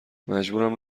مجبورم